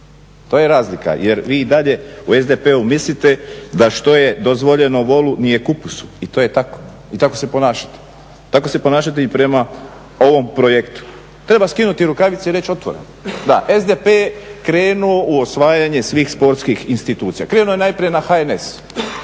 To je razlika jer vi i dalje u SDP-u mislite da što je dozvoljeno volu nije kupusu. I to je tako i tako se ponašate. Tako se ponašate i prema ovom projektu. Treba skinuti rukavice i reći otvoreno, da, SDP je krenuo u osvajanje svih sportskih institucija. Krenuo je najprije na HNS.